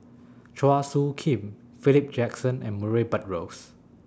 Chua Soo Khim Philip Jackson and Murray Buttrose